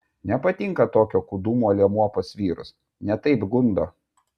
nepatinka tokio kūdumo liemuo pas vyrus ne taip gundo